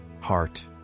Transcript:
heart